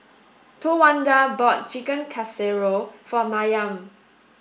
Towanda bought Chicken Casserole for Mariam